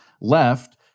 Left